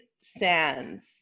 Sands